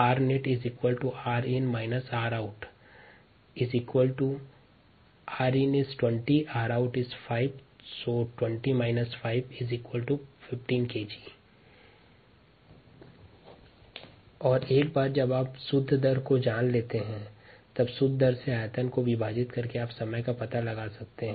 rnet rin - rout 20 - 5 15 Kg s 1 शुद्ध दर ज्ञात करने के पश्चात शुद्ध दर से मात्रा को भाग करके समय का पता लगा सकते है